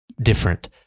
different